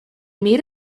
made